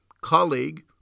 colleague